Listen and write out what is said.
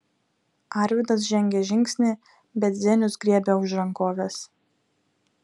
arvydas žengė žingsnį bet zenius griebė už rankovės